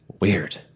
Weird